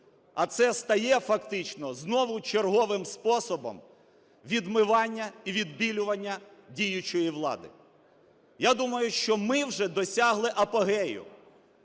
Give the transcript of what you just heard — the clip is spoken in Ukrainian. а це стає фактично знову черговим способом відмивання і відбілювання діючої влади. Я думаю, що ми вже досягли апогею,